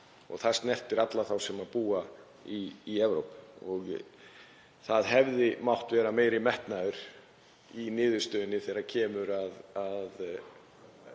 Það snertir alla þá sem búa í Evrópu. Það hefði mátt vera meiri metnaður í niðurstöðunni þegar kom að